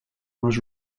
was